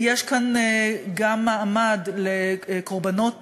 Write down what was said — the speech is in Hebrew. יש כאן גם מעמד לקורבנות